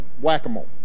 whack-a-mole